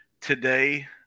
Today